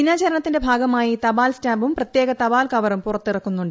ദിനാചരണത്തിന്റെ ഭാഗമായി തപാൽ സ്റ്റാമ്പും പ്രത്യേക തപാൽ കവറും പുറത്തിറക്കുന്നുണ്ട്